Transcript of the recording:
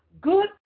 good